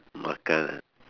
makan